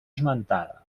esmentada